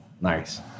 Nice